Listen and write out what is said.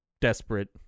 desperate